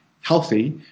healthy